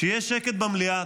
שיהיה שקט במליאה.